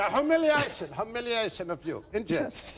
humiliation humiliation of you. in jest.